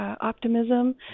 optimism